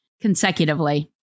consecutively